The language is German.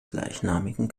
gleichnamigen